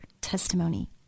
testimony